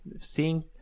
seeing